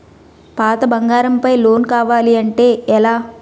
పాత బంగారం పై లోన్ కావాలి అంటే ఎలా?